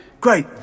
Great